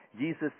Jesus